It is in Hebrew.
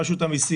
וגם רשות המסים,